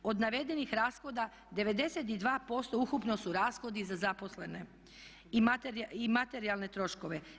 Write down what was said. Od navedenih rashoda 92% ukupno su rashodi za zaposlene i materijalne troškove.